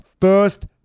First